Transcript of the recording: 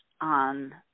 on